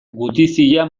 gutizia